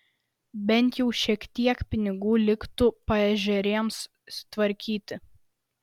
bent jau šiek tiek pinigų liktų paežerėms tvarkyti